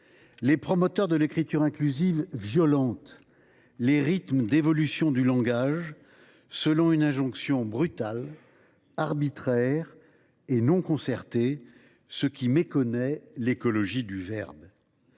les promoteurs de l’écriture inclusive violentent les rythmes d’évolution du langage selon une injonction brutale, arbitraire et non concertée, qui méconnaît l’écologie du verbe.